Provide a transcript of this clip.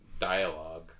dialogue